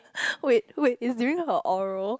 wait wait is during her oral